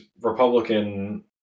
Republican